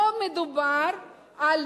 פה מדובר על